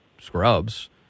scrubs